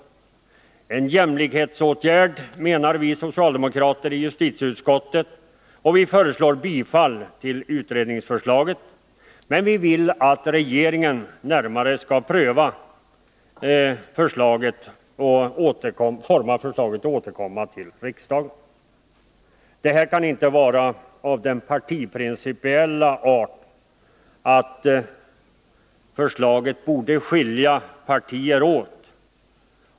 Det är en jämlikhetsåtgärd, anser vi socialdemo Nr 34 krater i justitieutskottet, och vi yrkar bifall till utredningsförslaget men vill Onsdagen den att reglerna närmare skall prövas av regeringen, som får återkomma med 26 november 1980 förslag till riksdagen. Det här förslaget kan inte vara av den partiprincipiella arten att det bör skilja partierna åt.